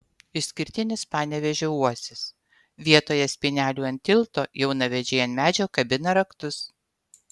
išskirtinis panevėžio uosis vietoje spynelių ant tilto jaunavedžiai ant medžio kabina raktus